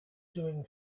doing